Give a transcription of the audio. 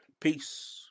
Peace